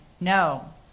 no